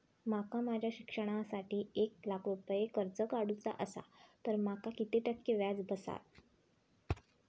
माका माझ्या शिक्षणासाठी एक लाख रुपये कर्ज काढू चा असा तर माका किती टक्के व्याज बसात?